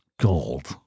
Gold